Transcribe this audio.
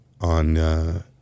on